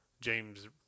James